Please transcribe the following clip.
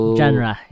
genre